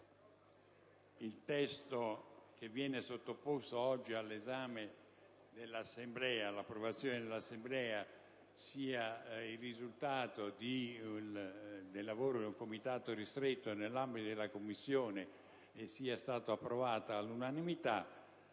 il testo che viene sottoposto oggi all'esame e all'approvazione dell'Assemblea sia il risultato del lavoro di un Comitato ristretto nell'ambito della Commissione e sia stato approvato all'unanimità